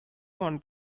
want